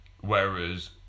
Whereas